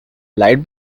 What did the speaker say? light